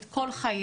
את כל חייה,